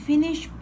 finish